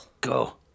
Go